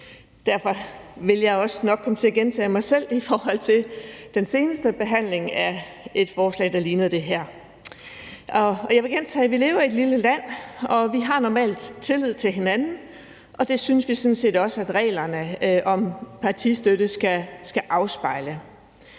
derfor vil jeg også nok komme til at gentage mig selv i forhold til den seneste behandling af det forslag, der ligner det her. Jeg vil gentage og sige, at vi lever i et lille land. Vi har normalt tillid til hinanden, og det synes Socialdemokratiet sådan set også at reglerne om partistøtte skal afspejle.